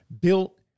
built